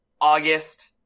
August